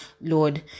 Lord